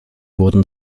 wurden